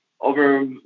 over